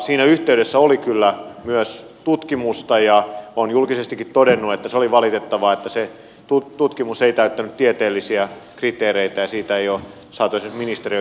siinä yhteydessä oli kyllä myös tutkimusta ja olen julkisestikin todennut että se oli valitettavaa että se tutkimus ei täyttänyt tieteellisiä kriteereitä ja siitä ei ole saatu esimerkiksi ministeriöön kirjallista materiaalia